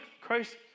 Christ